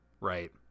Right